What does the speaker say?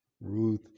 Ruth